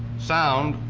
sound,